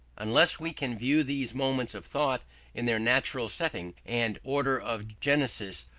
unless we can view these movements of thought in their natural setting and order of genesis,